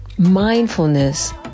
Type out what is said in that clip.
Mindfulness